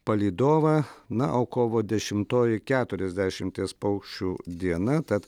palydovą na o kovo dešimtoji keturiasdešimties paukščių diena tad